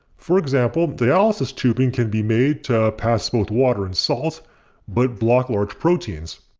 for example dialysis tubing can be made to pass both water and salt but block large proteins.